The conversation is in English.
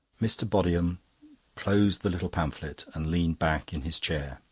mr. bodiham closed the little pamphlet and leaned back in his chair.